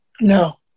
No